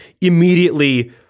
immediately